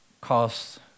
cost